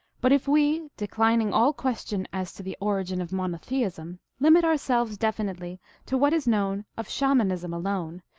but if we, declining all ques tion as to the origin of monotheism, limit ourselves definitely to what is known of shamanism alone,